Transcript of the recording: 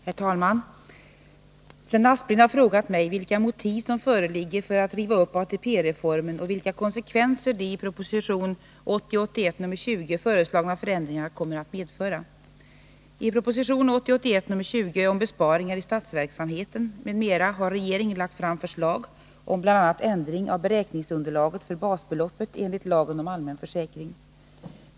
Herr talman! Sven Aspling har frågat mig vilka motiv som föreligger för att riva upp ATP-reformen och vilka konsekvenser de i prop. 1980 81:20 om besparingar i statsverksamheten m.m. har regeringen lagt fram försiag om bl.a. ändring av beräkningsunderlaget för basbeloppet enligt lagen om allmän försäkring.